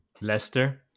Leicester